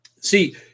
See